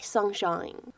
Sunshine